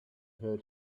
her